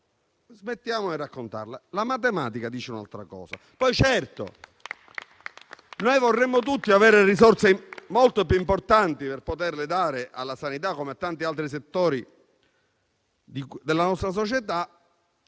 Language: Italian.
La matematica dice un'altra cosa.